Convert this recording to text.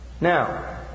now